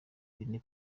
bine